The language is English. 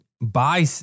buy